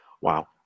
Wow